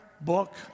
book